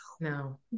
No